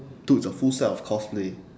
dude it's a full set of cosplay